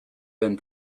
been